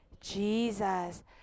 Jesus